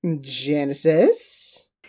Genesis